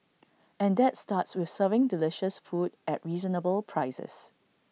and that starts with serving delicious food at reasonable prices